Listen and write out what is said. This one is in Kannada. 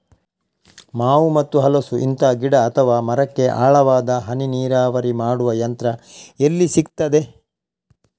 ಮಾವು ಮತ್ತು ಹಲಸು, ಇಂತ ಗಿಡ ಅಥವಾ ಮರಕ್ಕೆ ಆಳವಾದ ಹನಿ ನೀರಾವರಿ ಮಾಡುವ ಯಂತ್ರ ಎಲ್ಲಿ ಸಿಕ್ತದೆ?